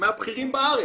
מהבכירים בארץ